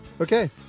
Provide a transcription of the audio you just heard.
Okay